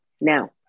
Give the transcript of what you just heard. now